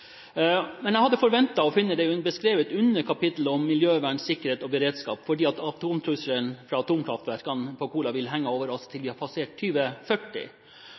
Jeg hadde forventet å finne det beskrevet under kapittelet om miljøvern, sikkerhet og beredskap, for atomtrusselen fra atomkraftverkene på Kola vil henge over oss til vi har passert